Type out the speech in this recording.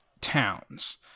towns